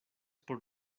por